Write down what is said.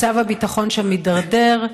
מצב הביטחון שם מידרדר,